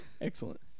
excellent